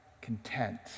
content